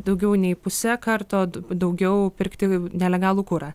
daugiau nei puse karto daugiau pirkti nelegalų kurą